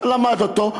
למד אותו,